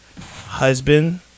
husband